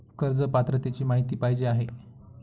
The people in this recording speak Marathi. कर्ज पात्रतेची माहिती पाहिजे आहे?